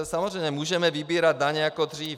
Samozřejmě, můžeme vybírat daně jako dřív.